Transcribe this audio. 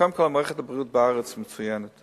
קודם כול, מערכת הבריאות בארץ מצוינת,